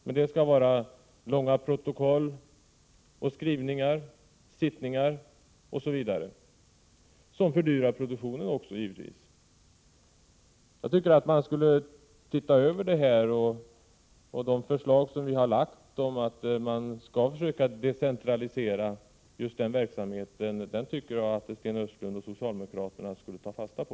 Men det skall vara långa protokoll, skrivningar, sittningar osv., som givetvis fördyrar produktionen. Jag tycker att man skall se över det hela. De förslag som vi har lagt fram om att decentralisera verksamheten tycker jag att Sten Östlund och socialdemokraterna skulle ta fasta på.